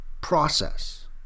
process